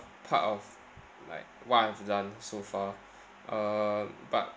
part of like what I've done so far uh but